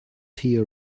tea